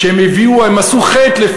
הם עשו חטא,